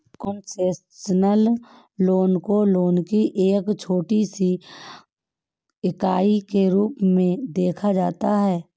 concessional loan को loan की एक छोटी सी इकाई के रूप में देखा जाता है